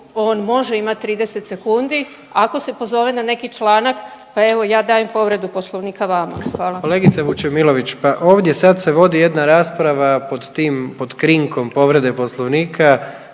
on može imati 30 sekundi ako se pozove na neki člana, pa evo ja dajem povredu poslovnika vama. Hvala.